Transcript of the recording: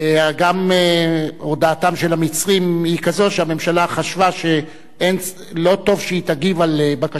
גם הודעתם של המצרים היא כזאת שהממשלה חשבה שלא טוב שהיא תגיב על בקשתך.